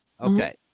Okay